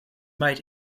might